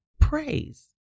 praise